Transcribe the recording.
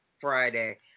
Friday